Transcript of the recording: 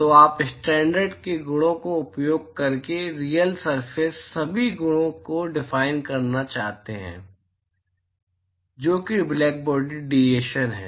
तो आप स्टैंडर्ड के गुणों का उपयोग करके रियल सरफेस सभी गुणों को डफाइन करना चाहते हैं जो कि ब्लैकबॉडी डिएशन है